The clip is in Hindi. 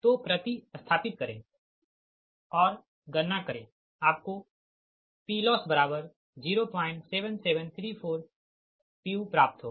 तो प्रति स्थापित करे और गणना करे आपको PLoss07734 pu प्राप्त होगा